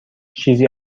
چیزی